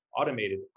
automated